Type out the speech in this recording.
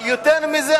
אבל יותר מזה,